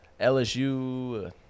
LSU